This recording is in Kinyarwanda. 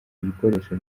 ibikoresho